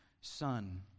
Son